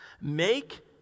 make